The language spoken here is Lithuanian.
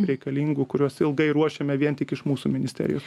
reikalingų kuriuos ilgai ruošėme vien tik iš mūsų ministerijo